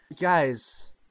Guys